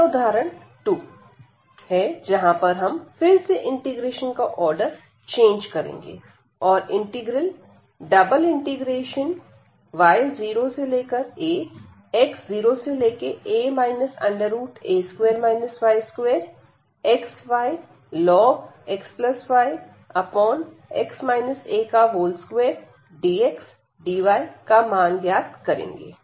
यह उदाहरण 2 है जहां पर हम फिर से इंटीग्रेशन का आर्डर चेंज करेंगे और integral y0ax0a xy xa x a2dxdy का मान ज्ञात करेंगे